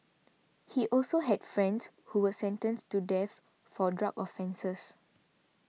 he also had friends who were sentenced to death for drug offences